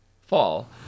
fall